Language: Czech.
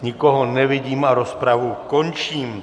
Nikoho nevidím a rozpravu končím.